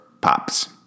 POPs